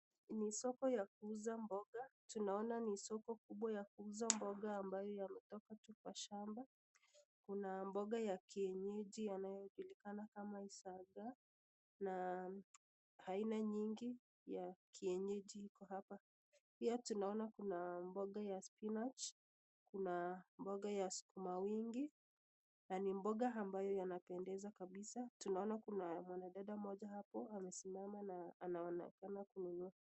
Ni soko ya kuuza mboga. Tunaona ni soko kubwa ya kuuza mboga ambayo yametoka tu kwa shamba. Kuna mboga ya kienyeji anayojulikana kama sagaa na aina nyingi ya kienyeji iko hapa. Pia tunaona kuna mboga ya spinach na mboga ya sukuma wingi na ni mboga ambayo yanapendeza kabisa. Tunaona kuna mwanadada mmoja hapo amesimama na anaonekana kununua.